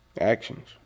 Actions